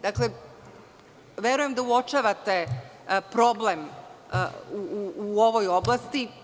Dakle, verujem da uočavate problem u ovoj oblasti.